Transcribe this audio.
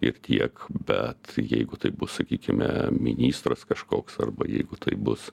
ir tiek bet jeigu tai bus sakykime ministras kažkoks arba jeigu tai bus